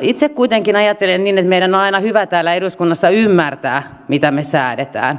itse kuitenkin ajattelen niin että meidän on aina hyvä täällä eduskunnassa ymmärtää mitä me säädämme